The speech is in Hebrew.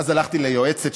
ואז הלכתי ליועצת,